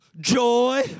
Joy